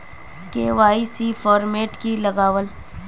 KYC format की लगावल?